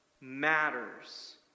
matters